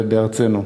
בארצנו,